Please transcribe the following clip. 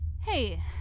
Hey